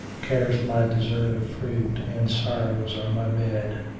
cares my dessert of fruit and sorrows are my bed.